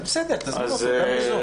בסדר, תזמין אותו.